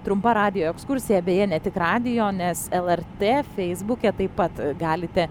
trumpa radijo ekskursija beje ne tik radijo nes lrt feisbuke taip pat galite